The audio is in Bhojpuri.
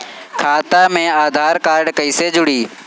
खाता मे आधार कार्ड कईसे जुड़ि?